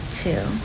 two